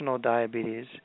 diabetes